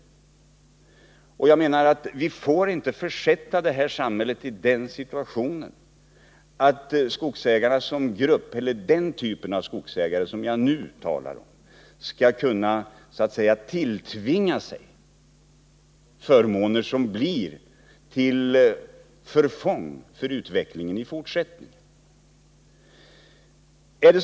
Jag menar att vi inte får försätta samhället i den situationen att den typen av skogsägare som jag nu talar om skall kunna tilltvinga sig förmåner som blir till förfång för den fortsatta utvecklingen.